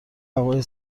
هوای